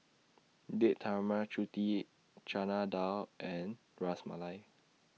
Date Tara Mart Chutney Chana Dal and Ras Malai